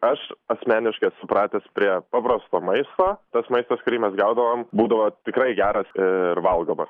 aš asmeniškai esu pratęs prie paprasto maisto tas maistas kurį mes gaudavom būdavo tikrai geras ir valgomas